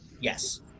yes